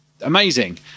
amazing